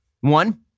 One